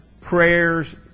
Prayers